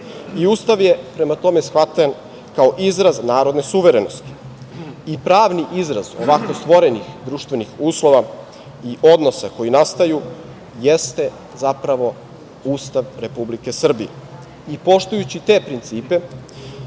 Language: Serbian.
I Ustav je prema tome shvatan kao izraz narodne suverenosti. I pravni izraz ovako stvorenih društvenih uslova i odnosa koji nastaju jeste zapravo Ustav Republike Srbije. Poštujući te principe,